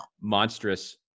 monstrous